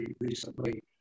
recently